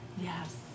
Yes